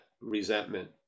resentment